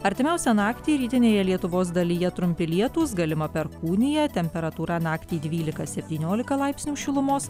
artimiausią naktį rytinėje lietuvos dalyje trumpi lietūs galima perkūnija temperatūra naktį dvylika septyniolika laipsnių šilumos